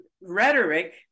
rhetoric